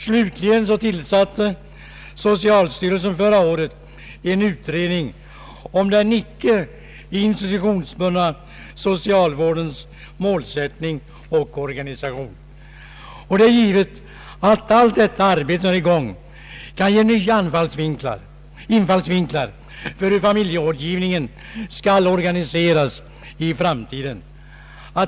Slutligen tillsatte socialstyrelsen förra året en utredning om den icke institutionsbundna socialvårdens målsättning och organisation. Det är givet att allt arbete som pågår kan ge nya infallsvinklar på familjerådgivningens organisation i framtiden.